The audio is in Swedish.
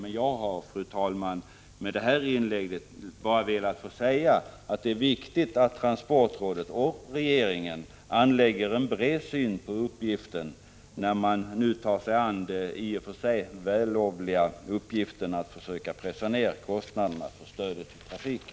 Men jag har, fru talman, med detta inlägg bara velat säga att det är viktigt att transportrådet och regeringen gör en bred översyn när man nu tar sig an den i och för sig vällovliga uppgiften att försöka pressa kostnaderna för stödet till trafiken.